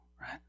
right